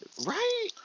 Right